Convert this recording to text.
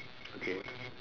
okay